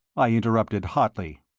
i interrupted, hotly.